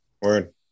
word